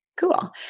Cool